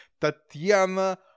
Tatiana